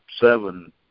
seven